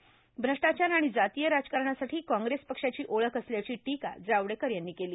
श्वष्टाचार आणि जातीय राजकारणासाठी काँग्रेस पक्षाची ओळख असल्याची टीका जावडेकर यांनी केली